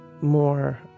more